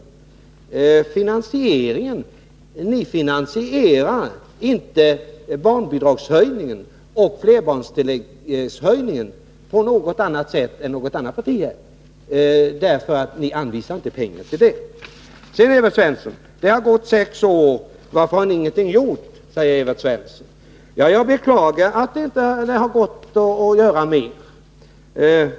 Beträffande finansieringen vill jag säga att ni inte finansierar barnbidragshöjningen och flerbarnstilläggshöjningen på något annat sätt än något annat parti. Ni anvisar inga pengar härtill. Det har gått sex år, säger Evert Svensson, och frågar varför vi ingenting har gjort på det familjepolitiska området. Jag beklagar att det inte har gått att göra mer.